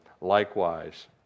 Likewise